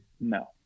no